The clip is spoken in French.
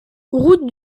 route